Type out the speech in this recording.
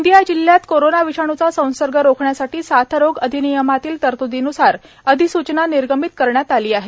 गोंदिया जिल्ह्यात कोरोना विषाणुचा संसर्ग रोखण्यासाठी साथरोग अधिनियमातील तरत्दीन्सार अधिसूचना निर्गमित केली आहे